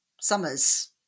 summers